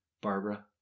Barbara